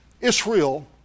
Israel